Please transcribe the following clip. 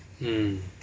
mm